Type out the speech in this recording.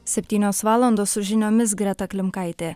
septynios valandos su žiniomis greta klimkaitė